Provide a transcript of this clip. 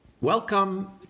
Welcome